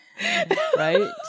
right